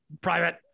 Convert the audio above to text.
Private